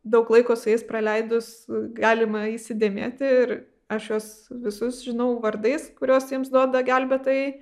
daug laiko su jais praleidus galima įsidėmėti ir aš juos visus žinau vardais kuriuos jiems duoda gelbėtojai